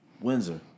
Windsor